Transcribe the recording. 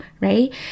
right